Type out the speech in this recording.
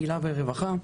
קהילה ורווחה,